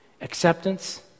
acceptance